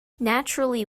naturally